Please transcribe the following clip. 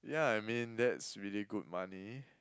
yeah I mean that's really good money